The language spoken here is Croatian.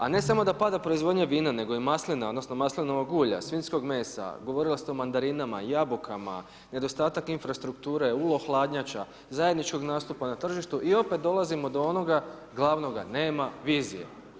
A ne samo da pada proizvodnja vina, nego i maslina odnosno maslinovog ulja, svinjskog mesa, govorili ste o mandarinama, jabukama, nedostatak infrastrukture, ulohladnjača, zajedničkog nastupa na tržištu i opet dolazimo do onoga glavnoga nema vizije.